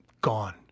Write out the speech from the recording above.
gone